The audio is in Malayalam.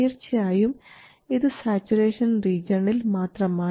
തീർച്ചയായും ഇത് സാച്ചുറേഷൻ റീജിയണിൽ മാത്രമാണ്